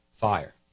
fire